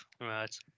Right